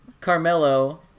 Carmelo